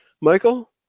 Michael